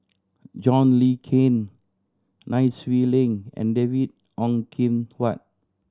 John Le Cain Nai Swee Leng and David Ong Kim Huat